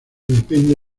depende